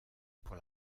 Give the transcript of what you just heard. pour